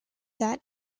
that